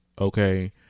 okay